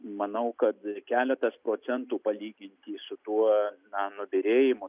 manau kad keletas procentų palyginti su tuo na nubyrėjimu